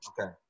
Okay